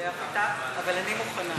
שתשבח אותה, אבל אני מוכנה.